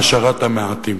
העשרת המעטים.